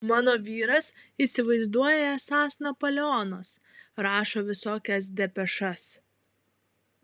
mano vyras įsivaizduoja esąs napoleonas rašo visokias depešas